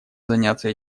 заняться